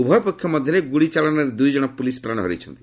ଉଭୟ ପକ୍ଷ ମଧ୍ୟରେ ଗୁଳି ଚାଳନାରେ ଦୁଇ ଜର ପୁଲିସ୍ ପ୍ରାଣ ହରାଇଛନ୍ତି